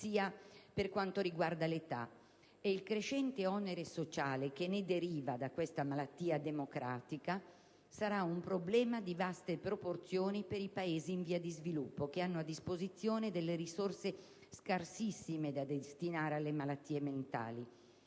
in relazione all'età. Il crescente onere sociale che deriva da questa malattia democratica sarà un problema di vaste proporzioni per i Paesi in via di sviluppo, che hanno a disposizione delle risorse scarsissime da destinare alle malattie mentali.